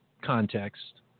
context